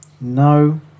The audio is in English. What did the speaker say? No